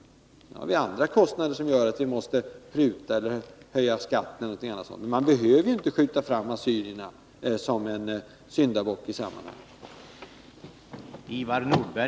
Sedan finns det andra kostnader, som gör att det måste bli prutningar, höjning av skatten e.d. Man behöver ju inte skjuta fram assyrierna som syndabockar i sammanhanget.